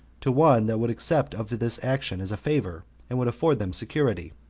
to one that would accept of this action as a favor, and would afford them security.